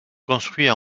construits